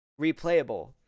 replayable